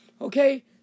okay